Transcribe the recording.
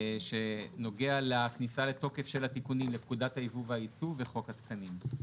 שנוגע לכניסה לתוקף של התיקונים לפקודת היבוא והיצוא וחוק התקנים.